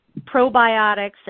probiotics